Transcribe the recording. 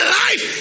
life